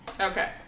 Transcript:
Okay